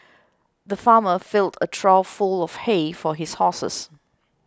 the farmer filled a trough full of hay for his horses